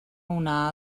una